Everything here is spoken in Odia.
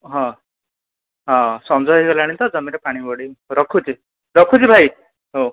ହଁ ହଁ ସଞ୍ଜ ହୋଇଗଲାଣି ତ ଜମିରେ ପାଣି ମଡ଼ାଇବି ରଖୁଛି ରଖୁଛି ଭାଇ ହଉ